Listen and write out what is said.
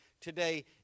today